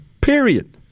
period